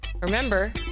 Remember